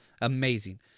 amazing